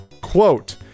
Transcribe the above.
Quote